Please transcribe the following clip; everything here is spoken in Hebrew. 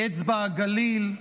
מאצבע הגליל,